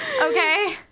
Okay